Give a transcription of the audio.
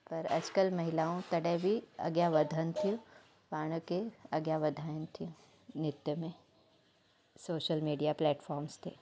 पर अॼु कल्ह महिलाऊं तॾहिं बि अॻियां वधनि थियूं पाण खे अॻिया वधाइनि थियूं नृत्य में सोशल मीडिया प्लेटफ़ॉम्स ते